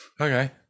okay